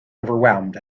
overwhelmed